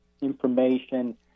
information